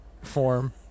form